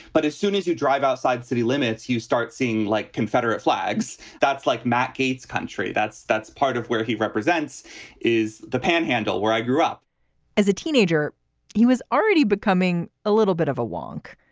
but as soon as you drive outside city limits, you start seeing like confederate flags. that's like matt kades country. that's that's part of where he represents is the panhandle, where i grew up as a teenager he was already becoming a little bit of a wonk.